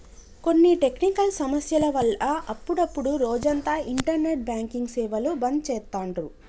కొన్ని టెక్నికల్ సమస్యల వల్ల అప్పుడప్డు రోజంతా ఇంటర్నెట్ బ్యాంకింగ్ సేవలు బంద్ చేత్తాండ్రు